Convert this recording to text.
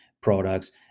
products